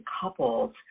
couples